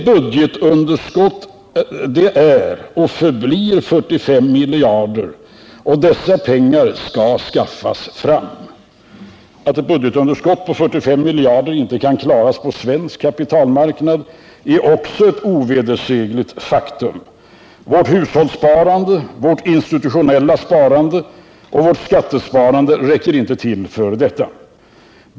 Budgetunderskottet är och förblir 45 miljarder, och dessa pengar skall skaffas fram. Att ett budgetunderskott på 45 miljarder inte kan klaras på svensk kapitalmarknad är också ett ovedersägligt faktum. Vårt hushållssparande, vårt institutionella sparande och vårt skattesparande räcker inte till för detta.